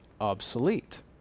obsolete